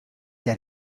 der